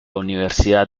universidad